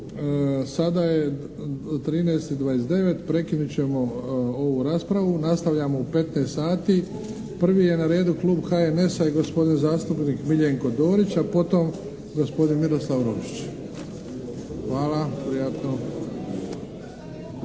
sada je 13 i 29. Prekinut ćemo ovu raspravu. Nastavljamo u 15 sati. Prvi je na redu klub HNS-a i gospodin zastupnik Miljenko Dorić, a potom gospodine Miroslav Rožić. Hvala, prijatno.